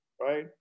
right